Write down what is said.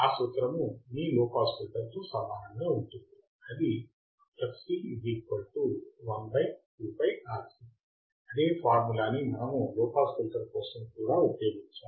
ఆ సూత్రము మీ లో పాస్ ఫిల్టర్ తో సమానంగా ఉంటుంది అది అదే ఫార్ములాని మనము లో పాస్ ఫిల్టర్ కోసం కూడా ఉపయోగించాము